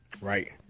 right